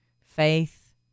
faith